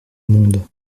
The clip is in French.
monde